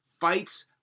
fights